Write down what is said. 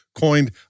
coined